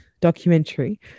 documentary